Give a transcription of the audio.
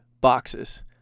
boxes